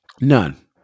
None